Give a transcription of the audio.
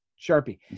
Sharpie